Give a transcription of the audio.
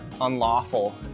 unlawful